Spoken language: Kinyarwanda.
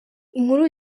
inkuru